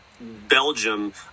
Belgium